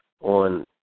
on